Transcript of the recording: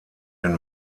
den